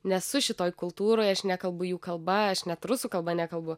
nesu šitoj kultūroj aš nekalbu jų kalba aš net rusų kalba nekalbu